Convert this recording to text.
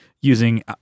using